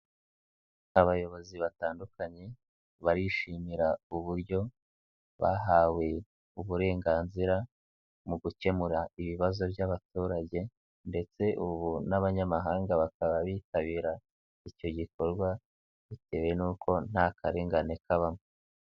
Abayobozi batandukanye barishimira uburyo bahawe uburenganzira mu gukemura ibibazo by'abaturage ndetse ubu n'abanyamahanga bakaba bitabira icyo gikorwa bitewe n'uko nta karengane kabamo.